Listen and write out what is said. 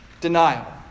denial